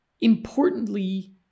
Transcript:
importantly